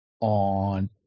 on